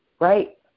right